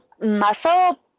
muscle